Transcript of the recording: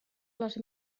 les